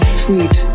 sweet